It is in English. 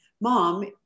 mom